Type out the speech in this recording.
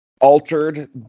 altered